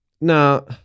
no